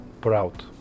proud